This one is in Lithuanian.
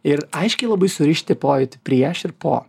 ir aiškiai labai surišti pojūtį prieš ir po